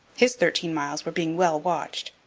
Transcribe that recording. his thirteen miles were being well watched.